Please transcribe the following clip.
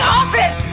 office